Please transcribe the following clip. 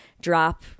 drop